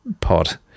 pod